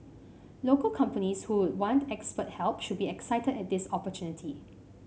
local companies who would want expert help should be excited at this opportunity